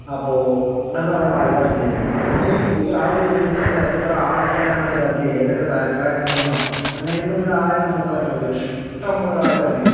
അപ്പോൾ അതും നമ്മുടെ പാലക്കാട് ജില്ലയിലാണ് അതിന് ഒരു ആ ഒരു ദിവസം ഇവിടെ എത്ര ആൾക്കാരാണ് അതിൽ ഏതൊക്കെ തരക്കാരുണ്ടെന്നോ അങ്ങനെ ഒന്നും ആരും നോക്കാൻ ഉണ്ടാകില്ല ഇഷ്ടംപോലെ ആൾക്കാരായിരിക്കും